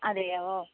അതെയോ